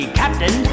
captain